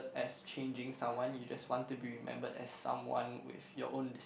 as changing someone you just want to be remembered as someone with your own